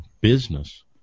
business